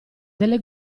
delle